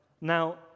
Now